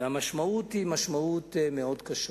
והמשמעות היא מאוד קשה.